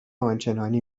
آنچنانی